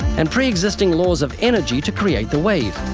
and pre-existing laws of energy to create the wave.